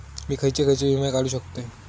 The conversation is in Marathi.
मी खयचे खयचे विमे काढू शकतय?